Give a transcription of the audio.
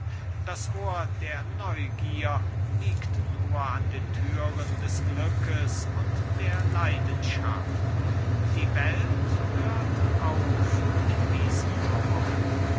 das ohr der neugier liegt nur an den türen des glückes und der leidenschaft die welt hört auf in diesen mauern